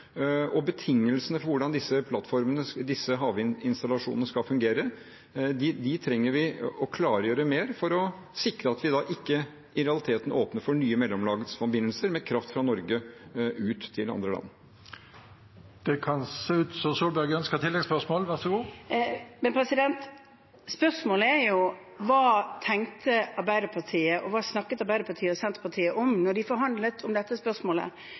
Betingelsene for hvordan disse havvindinstallasjonene skal fungere, trenger vi å klargjøre mer for å sikre at vi ikke i realiteten åpner for nye mellomlandsforbindelser med kraft fra Norge ut til andre land. Det blir oppfølgingsspørsmål – først Erna Solberg. Spørsmålet er: Hva tenkte Arbeiderpartiet, og hva snakket Arbeiderpartiet og Senterpartiet om da de forhandlet om dette spørsmålet?